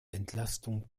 entlastung